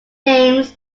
names